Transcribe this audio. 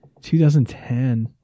2010